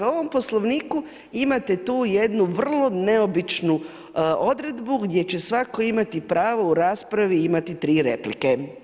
U ovom Poslovniku imate tu jednu vrlo neobičnu odredbu gdje će svatko imati pravo u raspravi imati tri replike.